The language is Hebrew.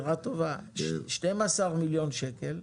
12 מיליון שקל,